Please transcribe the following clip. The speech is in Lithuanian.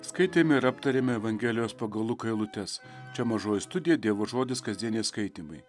skaitėme ir aptarėme evangelijos pagal luką eilutes čia mažoji studija dievo žodis kasdieniai skaitymai